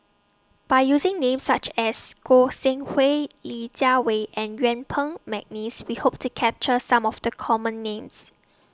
By using Names such as Goi Seng Hui Li Jiawei and Yuen Peng Mcneice We Hope to capture Some of The Common Names